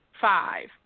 Five